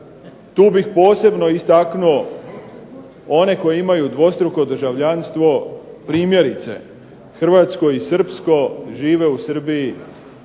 tu bih posebno istaknuo one koji imaju dvostruko državljanstvo, primjerice hrvatsko i srpsko žive u Srbiji,